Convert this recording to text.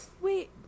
Wait